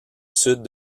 sud